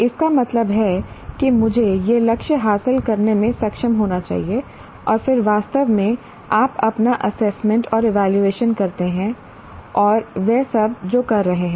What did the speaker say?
इसका मतलब है कि मुझे यह लक्ष्य हासिल करने में सक्षम होना चाहिए और फिर वास्तव में आप अपना असेसमेंट और इवैल्यूएशन करते हैं और वह सब जो कर रहे हैं